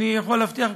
אני יכול להבטיח,